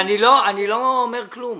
אני לא אומר כלום.